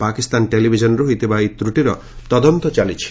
ପାକିସ୍ତାନ ଟେଲିଭିଜନରେ ହୋଇଥିବା ଏହି ତ୍ରୁଟିର ତଦନ୍ତ ଚାଲିଛି